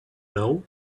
know